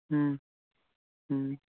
ꯎꯝ ꯎꯝ